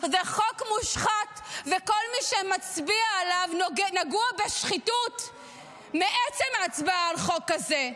זה חוק מושחת וכל מי שמצביע עליו נגוע בשחיתות מעצם ההצבעה על חוק כזה.